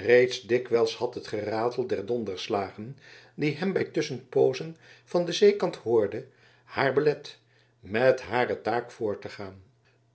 reeds dikwijls had het geratel der donderslagen die men bij tusschenpoozen van den zeekant hoorde haar belet met hare taak voort te gaan